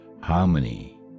harmony